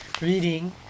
reading